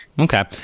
Okay